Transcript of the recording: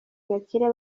gakire